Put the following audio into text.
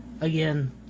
Again